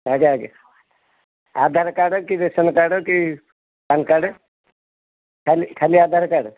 ଆଜ୍ଞା ଆଜ୍ଞା ଆଧାର କାର୍ଡ଼ କି ରାସନ୍ କାର୍ଡ଼ କି ପ୍ୟାନ୍ କାର୍ଡ଼ ଖାଲି ଖାଲି ଆଧାର କାର୍ଡ଼